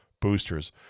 boosters